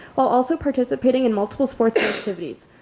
while also participating in multiple sports activities.